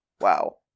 Wow